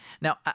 Now